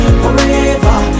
forever